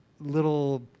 little